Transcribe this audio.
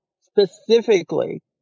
specifically